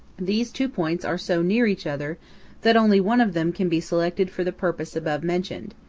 these two points are so near each other that only one of them can be selected for the purpose above mentioned,